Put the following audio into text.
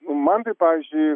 man tai pavyzdžiui